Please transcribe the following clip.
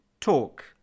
Talk